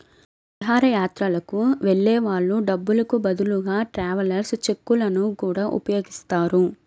విహారయాత్రలకు వెళ్ళే వాళ్ళు డబ్బులకు బదులుగా ట్రావెలర్స్ చెక్కులను గూడా ఉపయోగిస్తారు